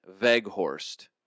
Veghorst